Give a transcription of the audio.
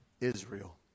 Israel